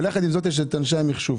יחד עם זאת, יש את אנשי המחשוב.